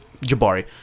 Jabari